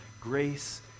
Grace